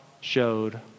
showed